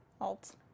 Alt